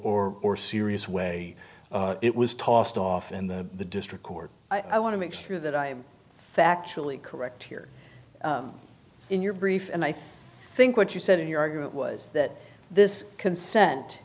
or or serious way it was tossed off in the district court i want to make sure that i'm factually correct here in your brief and i think what you said in your argument was that this consent